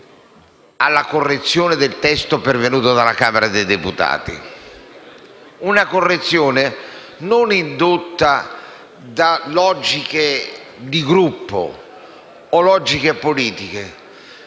alla correzione del testo pervenuto dalla Camera dei deputati. La correzione non è stata indotta da logiche di Gruppo o politiche,